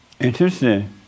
Interesting